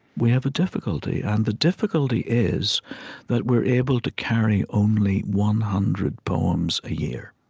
we have a difficulty. and the difficulty is that we're able to carry only one hundred poems a year